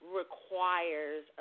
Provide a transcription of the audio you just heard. requires